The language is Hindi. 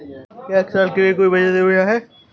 क्या एक साल के लिए कोई बचत योजना है?